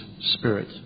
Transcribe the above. Spirit